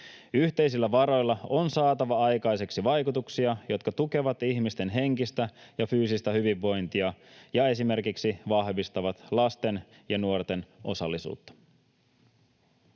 Yhteisillä varoilla on saatava aikaiseksi vaikutuksia, jotka tukevat ihmisten henkistä ja fyysistä hyvinvointia ja esimerkiksi vahvistavat lasten ja nuorten osallisuutta.